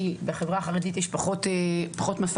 כי בחברה החרדית יש פחות מסכים,